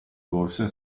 corsa